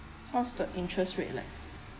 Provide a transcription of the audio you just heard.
what's the interest rate like